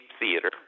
theater